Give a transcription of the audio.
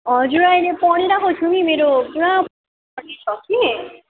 हजुर अहिले पढिरहेको छु नि मेरो पुरा छ कि